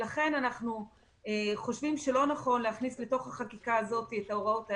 לכן אנחנו חושבים שלא נכון להכניס לחקיקה הזאת את ההוראות האלה.